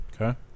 Okay